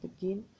begin